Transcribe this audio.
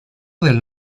del